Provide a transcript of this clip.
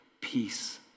peace